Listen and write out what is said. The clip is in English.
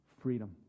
freedom